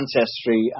ancestry